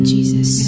Jesus